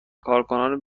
کارکنان